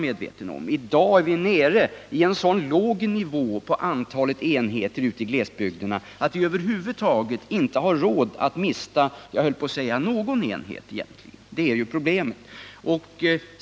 I dag är vi nere på en sådan låg nivå när det gäller antalet enheter i glesbygderna att vi över huvud taget inte har råd att mista egentligen någon enhet. Det är problemet.